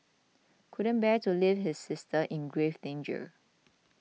couldn't bear to leave his sister in grave danger